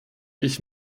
ich